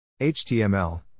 HTML